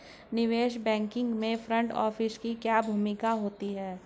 निवेश बैंकिंग में front office की क्या भूमिका होती है?